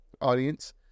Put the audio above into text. audience